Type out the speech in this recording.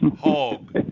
hog